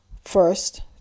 first